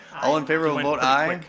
all in favor, vote aye.